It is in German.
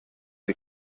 sie